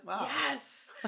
yes